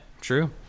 true